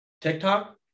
TikTok